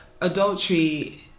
adultery